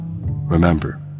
remember